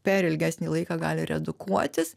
per ilgesnį laiką gali redukuotis